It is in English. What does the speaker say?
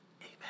Amen